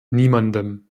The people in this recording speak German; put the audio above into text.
niemandem